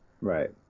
Right